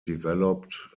developed